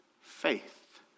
faith